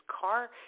car